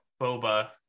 Boba